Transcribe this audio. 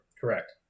Correct